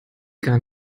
gar